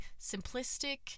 simplistic